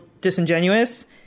disingenuous